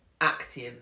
acting